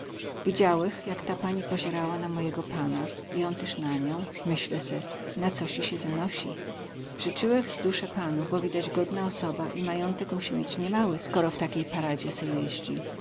widziałech jak ta pani pozierała na mojego pana i on tyz na nią myślę se na cosi sie zanosi zycyłech z duse panu bo widać godna osoba i majątek musi mieć niemały skoro w takiej paradzie se jeździ